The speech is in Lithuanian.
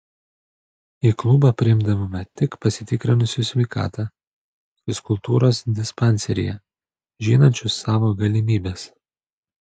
į klubą priimdavome tik pasitikrinusius sveikatą fizkultūros dispanseryje žinančius savo galimybes